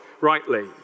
rightly